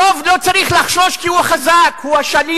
הרוב לא צריך לחשוש, כי הוא חזק, הוא השליט.